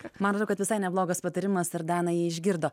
man atrodo kad visai neblogas patarimas ir dana jį išgirdo